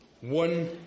One